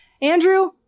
Andrew